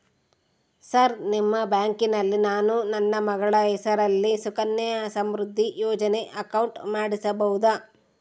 Sir ನಿಮ್ಮ ಬ್ಯಾಂಕಿನಲ್ಲಿ ನಾನು ನನ್ನ ಮಗಳ ಹೆಸರಲ್ಲಿ ಸುಕನ್ಯಾ ಸಮೃದ್ಧಿ ಯೋಜನೆ ಅಕೌಂಟ್ ಮಾಡಿಸಬಹುದಾ?